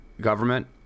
government